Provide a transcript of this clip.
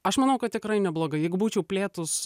aš manau kad tikrai neblogai jeigu būčiau plėtus